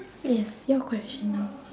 yes your question now